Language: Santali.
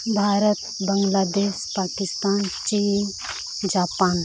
ᱵᱷᱟᱨᱚᱛ ᱵᱟᱝᱞᱟᱫᱮᱥ ᱯᱟᱠᱤᱥᱛᱟᱱ ᱪᱤᱱ ᱡᱟᱯᱟᱱ